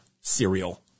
cereal